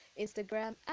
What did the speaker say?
Instagram